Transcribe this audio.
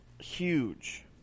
huge